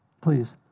Please